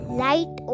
light